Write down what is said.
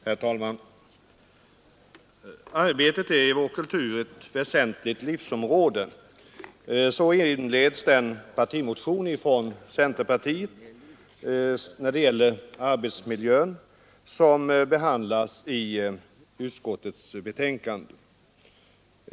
Herr talman! ”Arbetet är i vår kultur ett väsentligt livsområde.” Så inleds den partimotion från centerpartiet när det gäller arbetsmiljön som behandlas i utskottets betänkande.